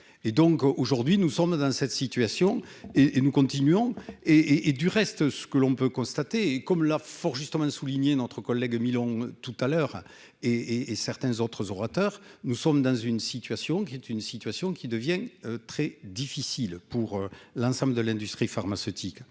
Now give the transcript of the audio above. aujourd'hui nous sommes dans cette situation et et nous continuons et et du reste ce que l'on peut constater, comme l'a fort justement souligné notre collègue tout à l'heure et et certains autres orateurs, nous sommes dans une situation qui est une situation qui devient très difficile pour l'ensemble de l'industrie pharmaceutique